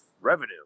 revenue